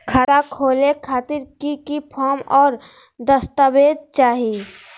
खाता खोले खातिर की की फॉर्म और दस्तावेज चाही?